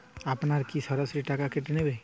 আপনারা কি সরাসরি টাকা কেটে নেবেন?